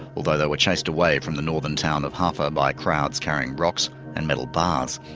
although they were chased away from the northern town of haffa by crowds carrying rocks and metal bars.